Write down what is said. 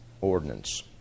ordinance